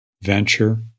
venture